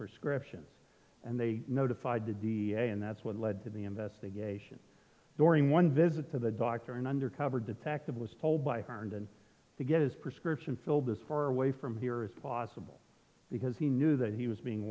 prescriptions and they notified the and that's what led to the investigation during one visit to the doctor an undercover detective was told by herndon to get his prescription filled as far away from here as possible because he knew that he was being